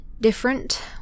different